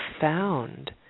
found